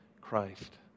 Christ